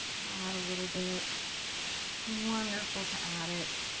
add a little bit. it's wonderful to add it.